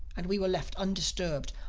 and we were left undisturbed,